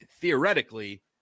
theoretically